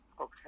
okay